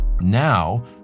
Now